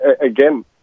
Again